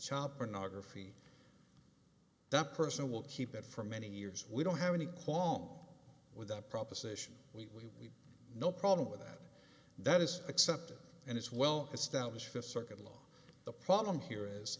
child pornography that person will keep it for many years we don't have any claw with that proposition we no problem with that that is accepted and it's well established fifth circuit law the problem here